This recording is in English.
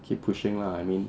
keep pushing lah I mean